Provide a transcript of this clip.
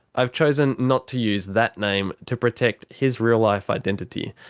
i've chosen not to use that name to protect his real life identity.